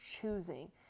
choosing